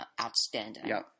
outstanding